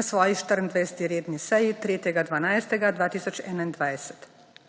na svoji 24. redni seji 3. 12. 2021.